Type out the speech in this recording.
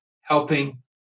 helping